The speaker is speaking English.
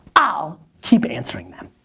i'll keep answering them.